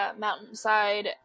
Mountainside